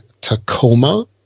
Tacoma